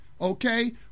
Okay